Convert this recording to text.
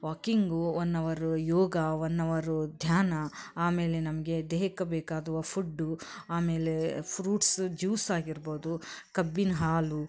walking one ಅವರು ಯೋಗ one ಅವರು ಧ್ಯಾನ ಆಮೇಲೆ ನಮಗೆ ದೇಹಕ್ಕೆ ಬೇಕಾಗುವ ಫುಡ್ಡು ಆಮೇಲೆ ಫ್ರೂಟ್ಸ್ ಜ್ಯೂಸ್ ಆಗಿರ್ಬೋದು ಕಬ್ಬಿನ ಹಾಲು